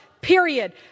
period